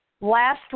last